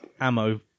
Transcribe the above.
ammo